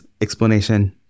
Explanation